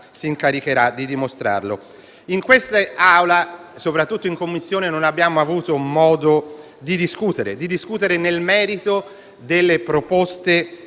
Grazie,